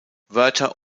wörter